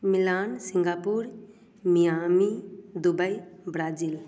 Milan Singapore Miami Dubai Brazil